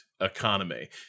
economy